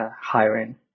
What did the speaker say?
hiring